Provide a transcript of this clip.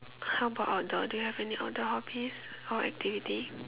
how about outdoor do you have any outdoor hobbies or activity